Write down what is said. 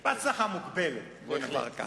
בהצלחה מוגבלת, בוא נאמר כך.